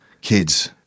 kids